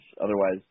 Otherwise